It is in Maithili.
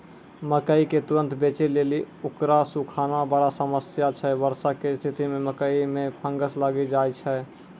मकई के तुरन्त बेचे लेली उकरा सुखाना बड़ा समस्या छैय वर्षा के स्तिथि मे मकई मे फंगस लागि जाय छैय?